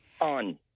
on